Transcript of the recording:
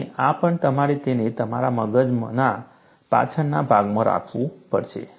અને આ પણ તમારે તેને તમારા મગજના પાછળના ભાગમાં રાખવું પડશે